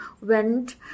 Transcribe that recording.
went